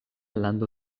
lando